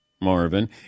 Marvin